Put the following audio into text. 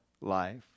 life